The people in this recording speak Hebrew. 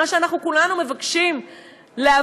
מה שאנחנו כולנו מבקשים להביא.